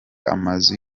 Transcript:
amazu